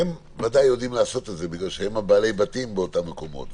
כי הם בעלי הבתים באותם מקומות,